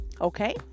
Okay